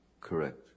Correct